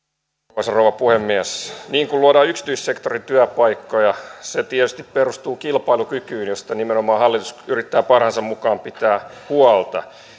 arvoisa rouva puhemies niin kun luodaan yksityissektorin työpaikkoja se tietysti perustuu kilpailukykyyn josta nimenomaan hallitus yrittää parhaansa mukaan pitää huolta